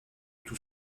tout